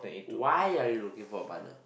why are you looking for a partner